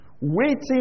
waiting